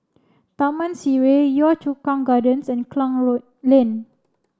Taman Sireh Yio Chu Kang Gardens and Klang Road Lane